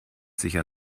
sicher